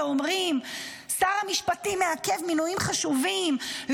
ואומרים: שר המשפטים מעכב מינויים חשובים,